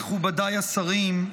מכובדיי השרים,